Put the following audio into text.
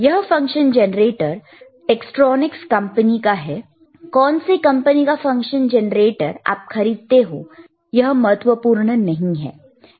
यह function generator Tektronix company का है कौन से कंपनी का फंक्शन जनरेटर आप खरीदते हो यह महत्वपूर्ण नहीं है